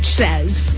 says